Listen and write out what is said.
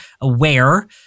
aware